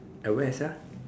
at where sia